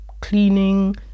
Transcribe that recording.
cleaning